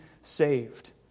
saved